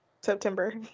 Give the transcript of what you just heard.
September